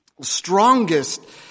strongest